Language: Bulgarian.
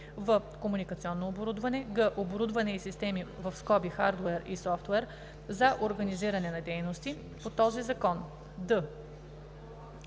в) комуникационно оборудване; г) оборудване и системи (хардуер и софтуер) за организиране на дейности по този закон;